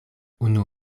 unu